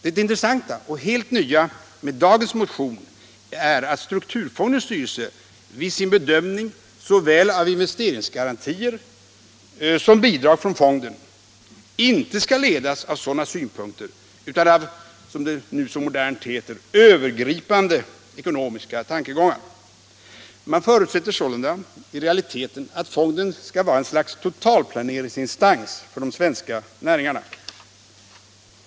Det intressanta och helt nya med dagens motion är att strukturfondens styrelse vid sin bedömning såväl av investeringsgarantier som av bidrag från fonden inte skall ledas av sådana synpunkter utan av — som det numera så modernt heter — övergripande ekonomiska tankegångar. Man förutsätter sålunda i realiteten att fonden skall vara ett slags totalplaneringsinstans för de svenska näringarna.